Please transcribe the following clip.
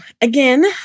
again